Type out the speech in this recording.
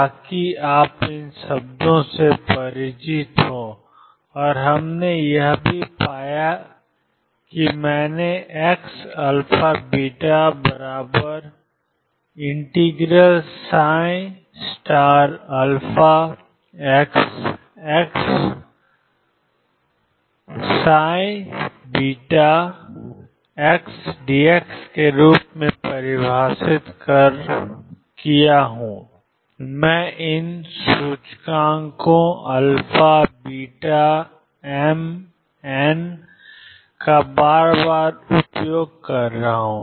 ताकि आप इन शब्दों से परिचित हों और हमने यह भी पाया कि मैं xαβ∫xxxdx के रूप में परिभाषित कर सकता हूं मैं इन सूचकांकों α βmn का बार बार उपयोग कर रहा हूं